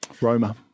Roma